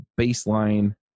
baseline